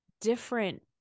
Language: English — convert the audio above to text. different